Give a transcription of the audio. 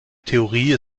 theorie